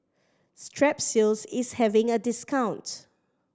Strepsils is having a discount